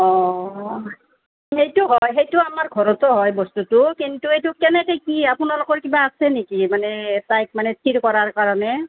সেইটো হয় সেইটো আমাৰ ঘৰতো হয় বস্তুটো কিন্তু এইটো কেনেকৈ কি আপোনালোকৰ কিবা আছে নেকি মানে তাইক মানে স্থিৰ কৰাৰ কাৰণে